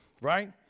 right